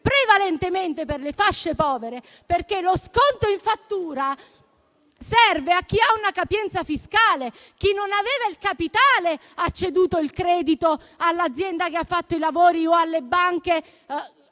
prevalentemente per le fasce povere, perché lo sconto in fattura serve a chi non ha capienza fiscale. Chi non aveva il capitale ha ceduto il credito all'azienda che ha fatto i lavori o alle banche,